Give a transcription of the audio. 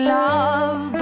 love